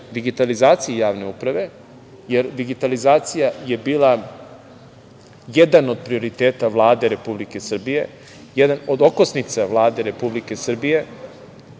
digitalizaciji javne uprave, jer digitalizacija je bila jedan od prioriteta Vlade Republike Srbije, jedan od okosnica Vlade Republike Srbije,